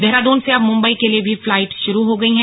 देहरादून से अब मुम्बई के लिए भी फ्लाइट शुरू हो गई हैं